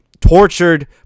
tortured